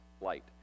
light